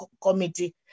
committee